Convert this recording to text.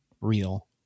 real